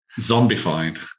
Zombified